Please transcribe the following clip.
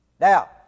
Now